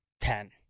ten